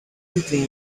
weakling